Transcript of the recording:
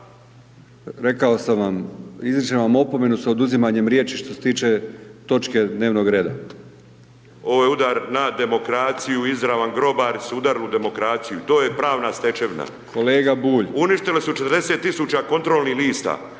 Rekao sam vam, izričem vam opomenu sa oduzimanjem riječi što se tiče točke dnevnog reda. **Bulj, Miro (MOST)** Ovo je udar na demokraciju, izravni grobari su udarili na demokraciju, to je pravna stečevina. …/Upadica Brkić: Kolega Bulj…/… Uništili su 40 000 kontrolnih lista,